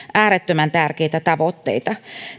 äärettömän tärkeitä tavoitteita